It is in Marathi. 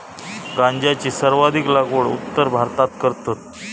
गांजाची सर्वाधिक लागवड उत्तर भारतात करतत